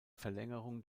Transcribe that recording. verlängerung